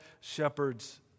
shepherds